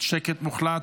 שקט מוחלט?